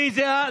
היא זהה.